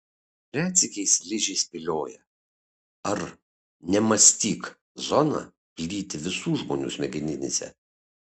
retsykiais ližė spėlioja ar nemąstyk zona plyti visų žmonių smegeninėse